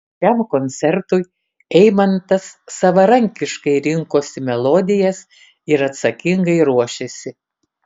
šiam koncertui eimantas savarankiškai rinkosi melodijas ir atsakingai ruošėsi